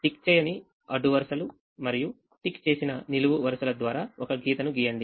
tick చేయని అడ్డు వరుసలు మరియు టిక్ చేసిన నిలువు వరుసల ద్వారా ఒక గీతను గీయండి